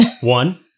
One